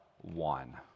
one